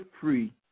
free